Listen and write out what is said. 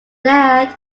that